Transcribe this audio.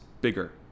bigger